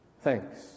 thanks